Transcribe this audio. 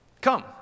Come